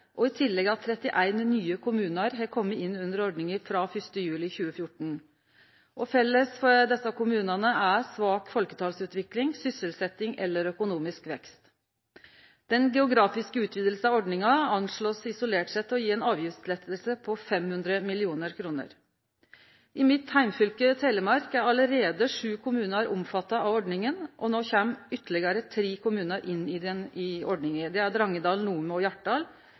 og i tillegg at 31 nye kommunar kjem inn under ordninga frå 1. juli 2014. Felles for desse kommunane er svak folketalsutvikling, sysselsetjing eller økonomisk vekst. Den geografiske utvidinga av ordninga blir anslått, isolert sett, å gje ei avgiftslette på 500 mill. kr. I mitt heimfylke, Telemark, er allereie sju kommunar omfatta av ordninga, og no kjem ytterlegare tre kommunar inn i ordninga. Det er Drangedal, Nome og Hjartdal